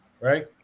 right